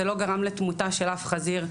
זה לא גרם לתמותה של אף חזיר,